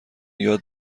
یاد